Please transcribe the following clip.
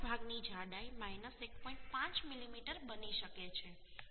5મીમી બની શકે છે